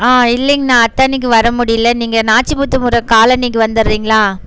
ஆ இல்லைங்கண்ணா அத்தாணிக்கு வரமுடியல நீங்கள் நாச்சிமுத்துமுறை காலனிக்கு வந்துடுறீங்களா